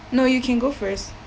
no you can go first